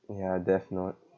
ya death note